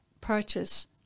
purchase